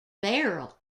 barrel